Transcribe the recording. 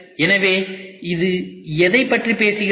எனவே இது எதைப் பற்றி பேசுகிறது